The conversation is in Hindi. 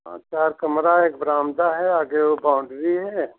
हाँ चार कमरा है एक बरामदा है आगे वो बाउंड्री है